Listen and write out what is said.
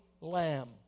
lamb